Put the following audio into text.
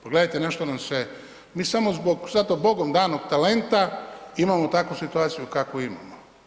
Pogledajte na što nam se, mi samo zbog sad tog Bogom danog talenta imamo takvu situaciju kakvu imamo.